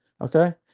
okay